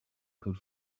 could